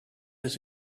his